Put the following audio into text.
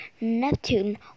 Neptune